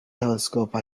telescope